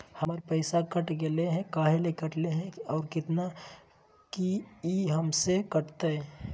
हमर पैसा कट गेलै हैं, काहे ले काटले है और कितना, की ई हमेसा कटतय?